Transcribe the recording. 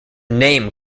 name